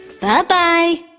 bye-bye